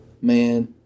Man